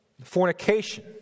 fornication